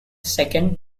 second